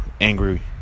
angry